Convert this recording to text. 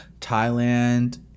thailand